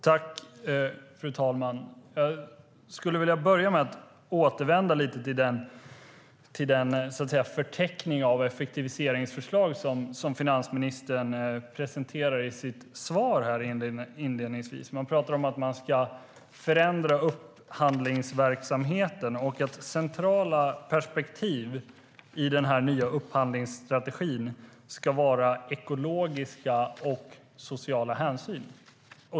STYLEREF Kantrubrik \* MERGEFORMAT Svar på interpellationerFru talman! Jag vill börja med att återvända lite till den förteckning av effektiviseringsförslag som finansministern presenterade i sitt svar inledningsvis. Man talar om att förändra upphandlingsverksamheten och att centrala perspektiv i den nya upphandlingsstrategin ska vara ekologiska och sociala hänsyn.